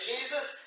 Jesus